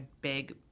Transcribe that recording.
big